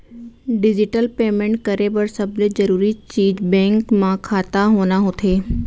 digital payment करे बर सबले जरूरी चीज बेंक म खाता होना होथे